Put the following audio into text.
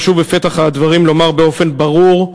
חשוב בפתח הדברים לומר באופן ברור: